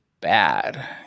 bad